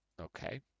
Okay